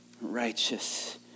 Righteous